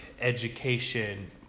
education